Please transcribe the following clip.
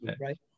right